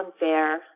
unfair